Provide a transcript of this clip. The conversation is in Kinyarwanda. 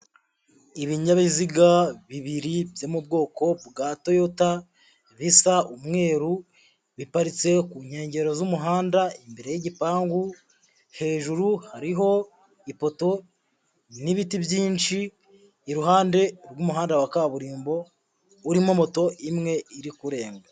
Ibinyabiziga bibiri byo mu bwoko bwa Toyota bisa umweru, biparitse ku nkengero z'umuhanda, imbere y'igipangu, hejuru hariho ipoto n'ibiti byinshi, iruhande rw'umuhanda wa kaburimbo urimo moto imwe iri kurenga.